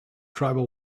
tribal